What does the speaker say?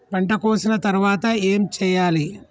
పంట కోసిన తర్వాత ఏం చెయ్యాలి?